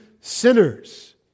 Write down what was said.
sinners